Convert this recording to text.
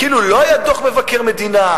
כאילו לא היה דוח מבקר מדינה,